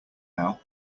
now